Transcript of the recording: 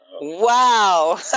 Wow